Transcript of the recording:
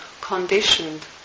conditioned